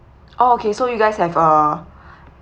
oh okay so you guys have uh